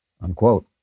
Unquote